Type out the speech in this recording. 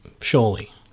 Surely